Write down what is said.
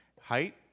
height